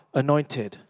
anointed